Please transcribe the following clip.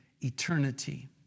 eternity